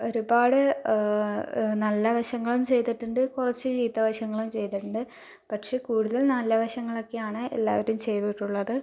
ഒരുപാട് നല്ല വശങ്ങളും ചെയ്തിട്ടുണ്ട് കുറച്ച് ചീത്ത വശങ്ങളും ചെയ്തിട്ടുണ്ട് പക്ഷെ കൂടുതൽ നല്ല വശങ്ങളൊക്കെയാണ് എല്ലാവരും ചെയ്തിട്ടുള്ളത്